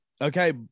Okay